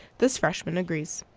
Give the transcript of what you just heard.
this freshman agrees.